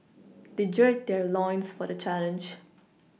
they geode their loins for the challenge